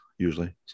Usually